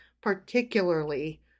particularly